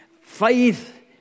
Faith